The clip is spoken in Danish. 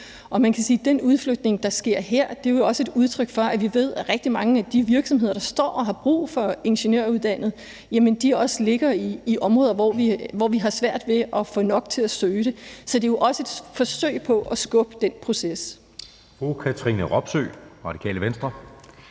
Man kan sige, at den udflytning, der sker her, jo også er et udtryk for, at vi ved, at rigtig mange af de virksomheder, der står og har brug for ingeniøruddannede, også ligger i områder, hvor vi har svært ved at få nok til at søge uddannelserne. Så det er jo også et forsøg på at skubbe til den proces.